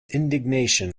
indignation